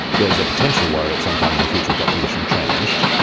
there's a potential worry at some time in the future if that position changed,